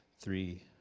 three